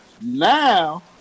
Now